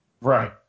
Right